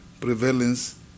prevalence